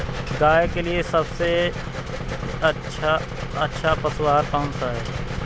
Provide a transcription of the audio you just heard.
गाय के लिए सबसे अच्छा पशु आहार कौन सा है?